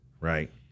right